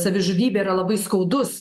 savižudybė yra labai skaudus